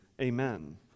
Amen